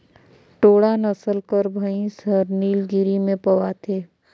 टोडा नसल कर भंइस हर नीलगिरी में पवाथे